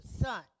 Son